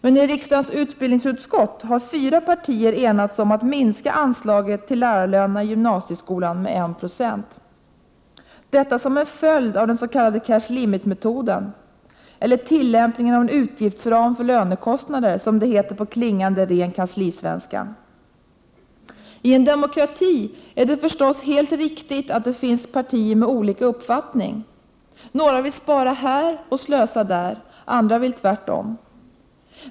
Men i riksdagens utbildningsutskott har fyra partier enats om att minska anslaget till lärarlönerna i gymnasieskolan med 1 96, detta som en följd av den s.k. cash limit-metoden — eller ”tillämpningen av en utgiftsram för lönekostnader”, som det heter på klingande ren kanslisvenska. I en demokrati är det förstås helt riktigt att det finns partier med olika uppfattning. Några vill spara här och slösa där, andra vill tvärtom.